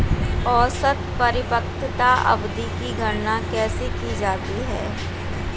औसत परिपक्वता अवधि की गणना कैसे की जाती है?